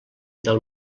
del